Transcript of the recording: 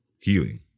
healing